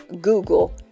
Google